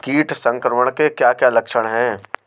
कीट संक्रमण के क्या क्या लक्षण हैं?